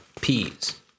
peas